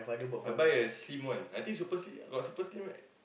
I buy a slim one I think super slim got super slim right